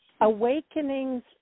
awakenings